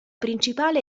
principale